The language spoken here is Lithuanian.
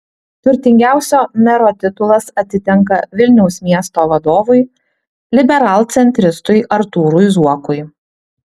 turtingiausio mero titulas atitenka vilniaus miesto vadovui liberalcentristui artūrui zuokui